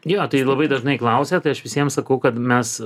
gyventojai labai dažnai klausia tai aš visiem sakau kad mes